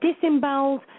disemboweled